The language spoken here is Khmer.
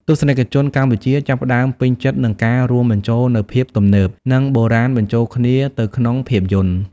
ទស្សនិកជនកម្ពុជាចាប់ផ្ដើមពេញចិត្តនឹងការរួមបញ្ចូលនូវភាពទំនើប និង បុរាណបញ្ចូលគ្នាទៅក្នុងភាពយន្ត។